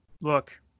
look